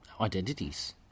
identities